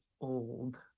old